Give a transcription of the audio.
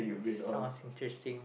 sounds was interesting